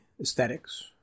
aesthetics